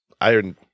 Iron